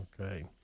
Okay